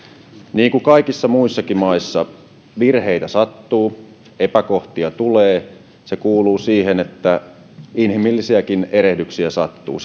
niin kuin kaikissa muissakin maissa virheitä sattuu epäkohtia tulee se kuuluu siihen että inhimillisiäkin erehdyksiä sattuu